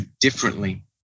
differently